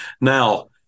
Now